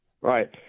Right